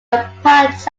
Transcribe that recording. apologize